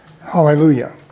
Hallelujah